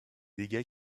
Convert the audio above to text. dégâts